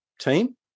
team